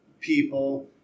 people